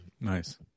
Nice